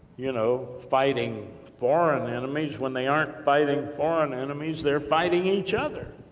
you know, fighting foreign enemies, when they aren't fighting foreign enemies, they're fighting each other.